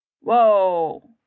Whoa